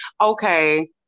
okay